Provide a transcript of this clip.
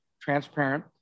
transparent